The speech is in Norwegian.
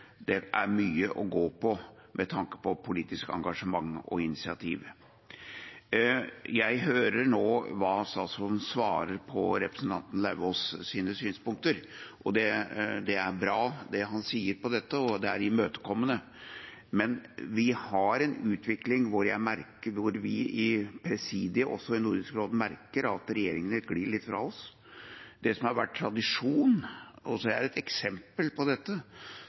Det er mye å gå på med tanke på politisk engasjement og initiativ. Jeg hører nå hva statsråden svarer når det gjelder representanten Lauvås’ synspunkter. Det er bra, det han sier om dette, og det er imøtekommende, men vi har en utvikling hvor også vi i presidiet i Nordisk råd merker at regjeringene glir litt fra oss. Det som skjer – og jeg har et eksempel på dette,